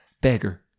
beggar